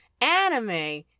anime